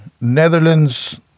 netherlands